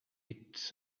its